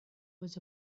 was